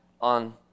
on